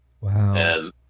Wow